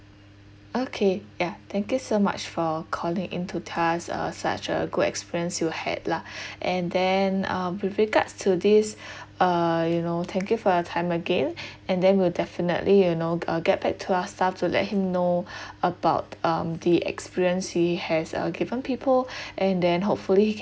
okay ya thank you so much for calling in to tell us uh such a good experience you had lah and then uh with regards to this uh you know thank you for your time again and then we'll definitely you know uh get back to our staff to let him know about um the experience he has uh given people and then hopefully